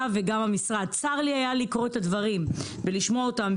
וגם המשרד: צר לי היה לקרוא את דברים ולשמוע אותם,